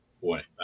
Boy